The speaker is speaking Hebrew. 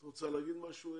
את רוצה להגיד משהו?